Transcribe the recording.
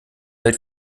hält